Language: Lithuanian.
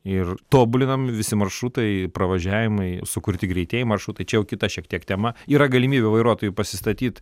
ir tobulinami visi maršrutai pravažiavimai sukurti greitieji maršrutai čia jau kita šiek tiek tema yra galimybė vairuotojui pasistatyt